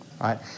right